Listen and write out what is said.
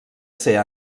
ser